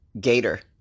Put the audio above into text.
gator